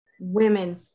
women